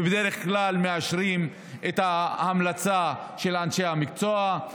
ובדרך כלל מאשרים את ההמלצה של אנשי המקצוע.